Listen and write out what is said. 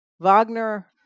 Wagner